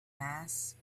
mass